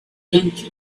tenth